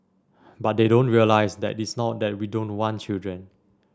but they don't realise that it's not that we don't want children